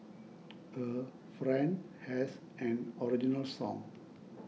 a friend has an original song